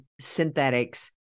synthetics